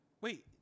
Wait